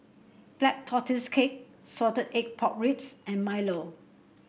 Black Tortoise Cake Salted Egg Pork Ribs and Milo